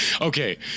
Okay